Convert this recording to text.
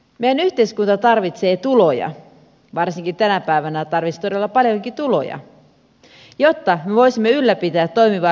meidän yhteiskuntamme tarvitsee tuloja varsinkin tänä päivänä tarvitsisi todella paljonkin tuloja jotta me voisimme ylläpitää toimivaa hyvinvointiverkostoamme